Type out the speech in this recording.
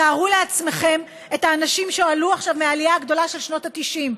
תארו לעצמכם את האנשים שעלו עכשיו מהעלייה הגדולה של שנות ה-90,